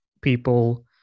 people